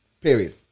Period